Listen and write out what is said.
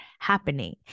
happening